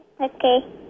Okay